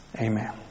Amen